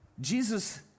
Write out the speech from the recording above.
Jesus